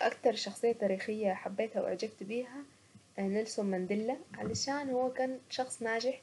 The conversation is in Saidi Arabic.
اكتر شخصية تاريخية حبيتها واعجبت بها نيلسون مانديلا علشان هو كان شخص ناجح